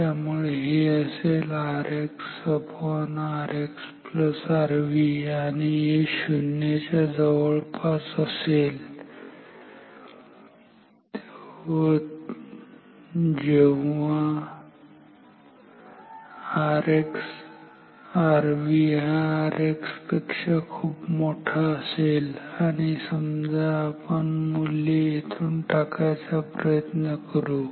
त्यामुळे हे असेल 𝑅𝑥𝑅𝑥𝑅v आणि हे शून्याच्या जवळपास असेल फक्त जेव्हा Rv हा Rx पेक्षा खूप मोठा असेल आणि समजा आपण मूल्य येथून टाकायचा प्रयत्न करू